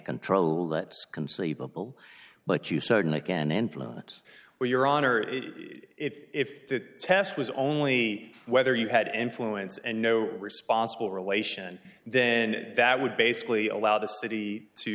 control that conceivable but you certainly can influence where your honor is if the test was only whether you had an fluence and no responsible relation then that would basically allow the city to